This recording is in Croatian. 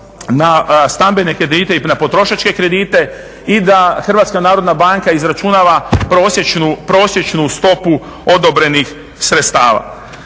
na stambene kredite i na potrošačke kredite i da HNB izračunava prosječnu stopu odobrenih sredstava.